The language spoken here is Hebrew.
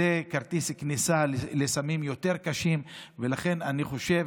זה כרטיס כניסה לסמים יותר קשים, ולכן אני חושב